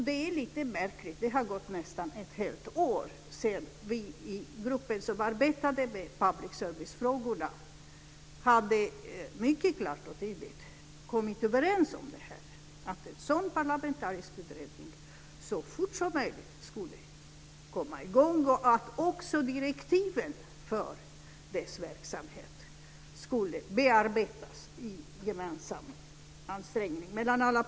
Det är lite märkligt. Det har gått nästan ett år sedan vi i gruppen som arbetade med public servicefrågorna klart och tydligt kom överens om att en parlamentarisk utredning så fort som möjligt skulle börja arbeta och att alla partier gemensamt skulle bearbeta direktiven för verksamheten.